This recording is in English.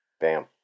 Bam